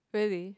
really